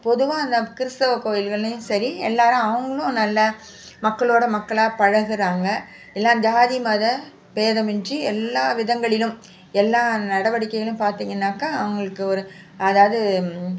பொதுவாக இந்த கிறிஸ்துவம் கோவில்கள்லையும் சரி எல்லோரும் அவங்களும் நல்லா மக்களோடய மக்களாக பழகிறாங்க எல்லா ஜாதி மத பேதமின்றி எல்லா விதங்களிலும் எல்லா நடவடிக்கைகளும் பார்த்தீங்கன்னாக்கா அவங்களுக்கு ஒரு அதாவது